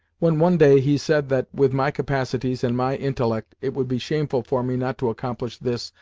when, one day, he said that, with my capacities and my intellect, it would be shameful for me not to accomplish this,